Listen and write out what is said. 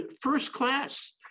first-class